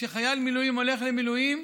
שכשחייל מילואים הולך למילואים,